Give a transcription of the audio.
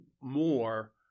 more